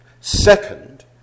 Second